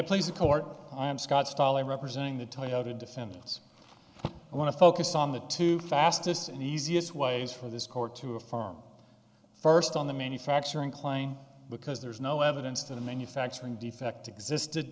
ok place in court i'm scott stahl i'm representing the toyota defendants i want to focus on the two fastest and easiest ways for this court to a farm first on the manufacturing claim because there's no evidence that a manufacturing defect existed